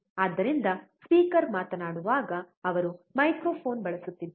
ಆದ್ದರಿಂದ ಸ್ಪೀಕರ್ ಮಾತನಾಡುವಾಗ ಅವರು ಮೈಕ್ರೊಫೋನ್ ಬಳಸುತ್ತಿದ್ದಾರೆ